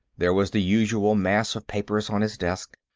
there was the usual mass of papers on his desk.